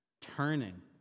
turning